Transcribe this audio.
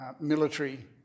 military